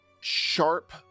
sharp